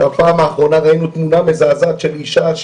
בפעם האחרונה ראינו תמונה מזעזעת של אישה,